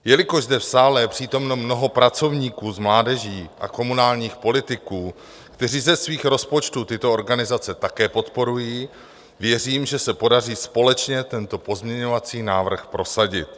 Jelikož zde v sále je přítomno mnoho pracovníků s mládeží a komunálních politiků, kteří ze svých rozpočtů tyto organizace také podporují, věřím, že se podaří společně tento pozměňovací návrh prosadit.